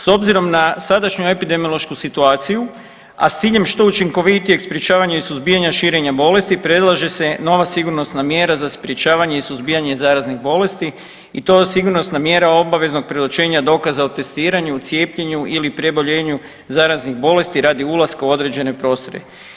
S obzirom na sadašnju epidemiološku situaciju, a s ciljem što učinkovitijeg sprječavanja i suzbijanja širenja bolesti predlaže se nova sigurnosna mjera za sprječavanje i suzbijanje zaraznih bolesti i to sigurnosna mjera obaveznog predočenja dokaza o testiranju, o cijepljenju ili preboljenju zaraznih bolesti radi ulaska u određene prostore.